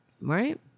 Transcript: right